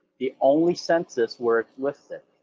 the only census where it's listed.